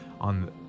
on